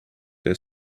that